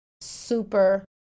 super